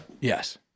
Yes